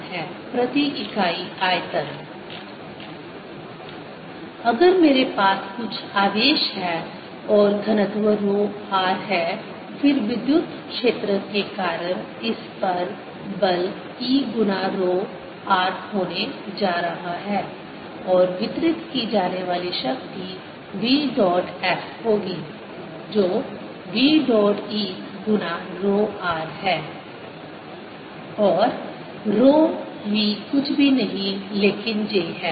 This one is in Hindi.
FqvBPvF0 work done by electric fieldEjvolume अगर मेरे पास कुछ आवेश है और घनत्व रो r है फिर विद्युत क्षेत्र के कारण इस पर बल E गुना रो r होने जा रहा है और वितरित की जाने वाली शक्ति v डॉट F होगी जो v डॉट E गुना रो r है और रो v कुछ भी नहीं लेकिन j है